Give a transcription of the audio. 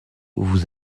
vous